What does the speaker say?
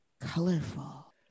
colorful